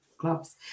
clubs